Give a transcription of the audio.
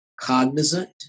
cognizant